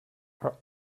are